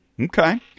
Okay